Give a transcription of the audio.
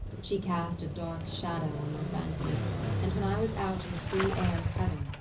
she cast a dark shadow on my fancy and when i was out in the free air of heaven,